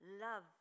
Love